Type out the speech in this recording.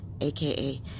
aka